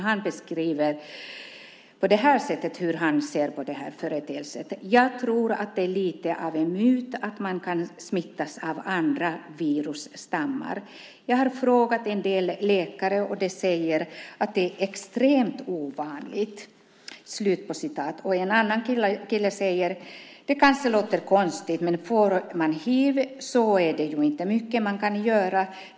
Han beskriver på det här sättet hur han ser på den här företeelsen: Jag tror att det är lite av en myt att man kan smittas av andra virusstammar. Jag har frågat en del läkare, och de säger att det är extremt ovanligt. En annan kille säger: Det kanske låter konstigt, men får man hiv så är det ju inte mycket man kan göra.